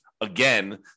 again